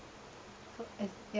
so as ya